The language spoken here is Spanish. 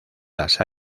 las